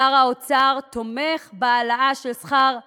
שר האוצר תומך בהעלאה של שכר המינימום,